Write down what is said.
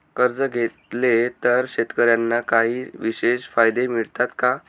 कर्ज घेतले तर शेतकऱ्यांना काही विशेष फायदे मिळतात का?